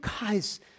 guys